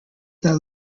that